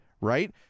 right